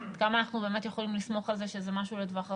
עד כמה אנחנו באמת יכולים לסמוך על כך שזה משהו לטווח רחוק.